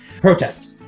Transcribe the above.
protest